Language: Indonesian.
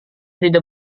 tidak